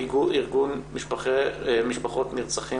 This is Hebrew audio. ארגון משפחות נרצחים